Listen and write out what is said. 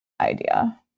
idea